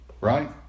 right